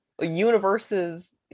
universes